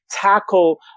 tackle